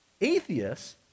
Atheists